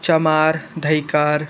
चमार धइकार